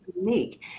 unique